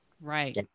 right